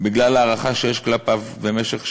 בגלל ההערכה שיש כלפיו במשך שנים,